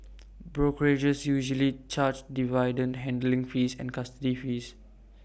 brokerages usually charge dividend handling fees and custody fees